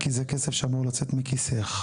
כי זה כסף שאמור לצאת מכיסך.